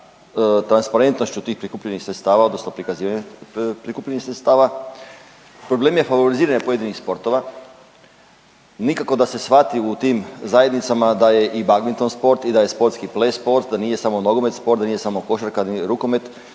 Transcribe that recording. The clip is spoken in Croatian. transparentnošću tih prikupljenih sredstava, odnosno prikazivanjem prikupljenih sredstava, problem je favoriziranja pojedinih sportova. Nikako da se shvati u tim zajednicama da je i badminton sport i da je sportski ples sport, da nije samo nogomet sport, da nije samo košarka, da nije rukomet